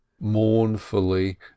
mournfully